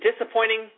disappointing